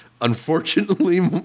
unfortunately